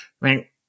right